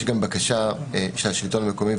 יש גם בקשה של השלטון המקומי,